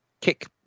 kick